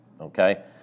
okay